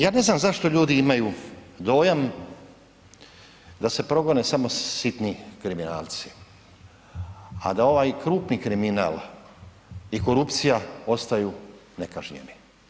Ja ne znam zašto ljudi imaju dojam da se progone samo sitni kriminalci, a da ovaj krupni kriminal i korupcija ostaju nekažnjeni.